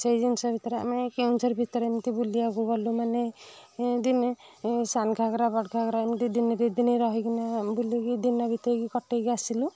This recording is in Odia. ସେଇ ଜିନିଷ ଭିତରେ ଆମେ କେଉଁଝର ଭିତରେ ଏମିତି ବୁଲିବାକୁ ଗଲୁ ମାନେ ଦିନେ ସାନ ଘାଗରା ବଡ଼ ଘାଗରା ଏମିତି ଦିନେ ଦୁଇ ଦିନି ରହିକିନା ବୁଲିକି ଦିନ ବିତେଇକି କଟେଇକି ଆସିଲୁ